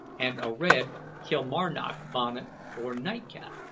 and a red kilmarnock bonnet or nightcap,